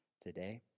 today